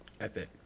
Epic